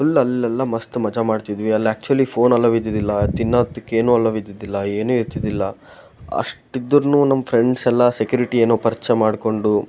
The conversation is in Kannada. ಫುಲ್ ಅಲ್ಲೆಲ್ಲಾ ಮಸ್ತು ಮಜಾ ಮಾಡ್ತಿದ್ವಿ ಅಲ್ಲಿ ಆ್ಯಕ್ಚುಲಿ ಫೋನ್ ಅಲೌ ಇದ್ದಿದಿಲ್ಲ ತಿನ್ನೋತಿಕ್ಕೇನು ಅಲೌ ಇದ್ದಿದಿಲ್ಲ ಏನೂ ಇರ್ತಿದಿಲ್ಲ ಅಷ್ಟು ಇದ್ದರೂನು ನಮ್ಮ ಫ್ರೆಂಡ್ಸೆಲ್ಲಾ ಸೆಕ್ಯೂರಿಟಿ ಏನೋ ಪರಿಚಯ ಮಾಡ್ಕೊಂಡು